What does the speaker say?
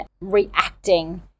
reacting